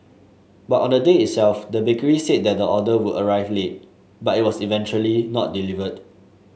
but on the day itself the bakery said that the order would arrive late but it was eventually not delivered